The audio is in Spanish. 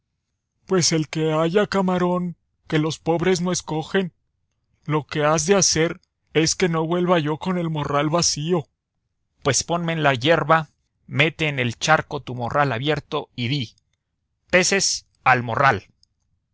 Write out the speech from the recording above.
pues el que haya camarón que los pobres no escogen lo que has de hacer es que no vuelva yo con el morral vacío pues ponme en la yerba mete en el charco tu morral abierto y di peces al morral